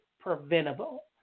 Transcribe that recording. preventable